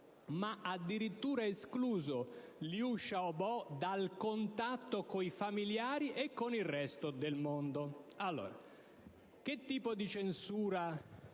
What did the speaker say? ma addirittura ha escluso Liu Xiaobo dal contatto con i familiari e con il resto del mondo. Che tipo di censura